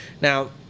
Now